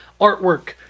artwork